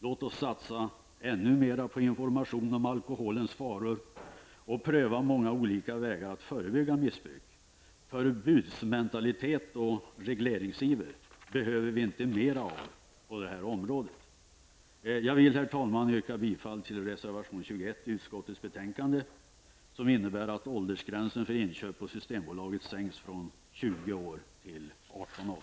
Låt oss satsa ännu mera på information om alkoholens faror och pröva många olika vägar att förebygga missbruk. Förbudsmentalitet och regleringsiver behöver vi inte mera av på detta område. Herr talman! Jag yrkar bifall till reservation 21 till utskottets betänkande, som innebär att åldersgränsen för inköp på Systembolaget sänks från 20 till 18 år.